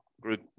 group